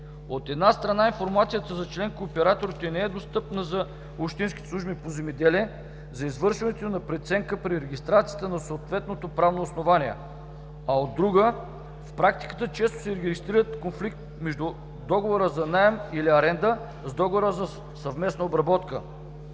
От една страна, информацията за член-кооператорите не е достъпна за общинските служби по земеделие за извършването на преценка при регистрацията на съответното правно основание, а от друга страна, в практиката често се регистрира конфликт между договора за наем или аренда с договора за съвместна обработка,